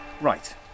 Right